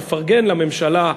תפרגן לממשלה,